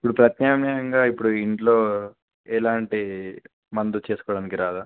ఇప్పుడు ప్రత్యామ్నాయంగా ఇప్పుడు ఇంట్లో ఎలాంటి మందు చేసుకోవడానికి రాదా